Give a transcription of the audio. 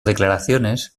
declaraciones